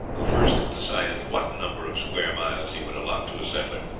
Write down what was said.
who first decided what number of square miles he would allot to a settler,